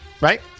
Right